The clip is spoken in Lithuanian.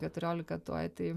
keturiolika tuoj tai